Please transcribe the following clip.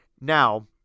Now